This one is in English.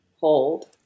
Hold